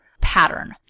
pattern